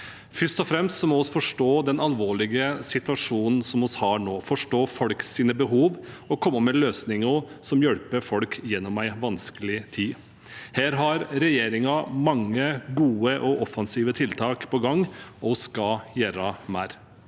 Først og fremst må vi forstå den alvorlige situasjonen som vi har nå, forstå folks behov og komme med løsninger som hjelper folk gjennom en vanskelig tid. Her har regjeringen mange gode og offensive tiltak på gang og skal gjøre mer.